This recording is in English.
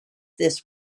this